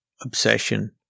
Obsession